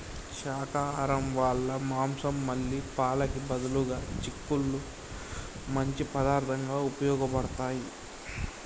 శాకాహరం వాళ్ళ మాంసం మళ్ళీ పాలకి బదులుగా చిక్కుళ్ళు మంచి పదార్థంగా ఉపయోగబడతాయి